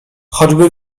choćby